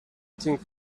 think